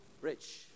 rich